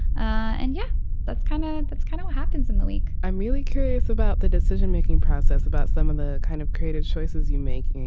and yeah that's kind of it. that's kind of what happens in the week i'm really curious about the decision making process about some of the kind of creative choices you make.